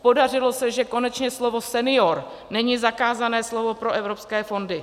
Podařilo se, že konečně slovo senior není zakázané slovo pro evropské fondy.